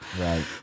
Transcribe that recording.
Right